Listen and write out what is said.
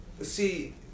see